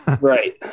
Right